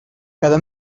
cada